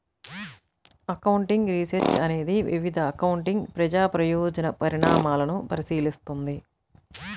accounting research అనేది వివిధ accounting ప్రజా ప్రయోజన పరిణామాలను పరిశీలిస్తుంది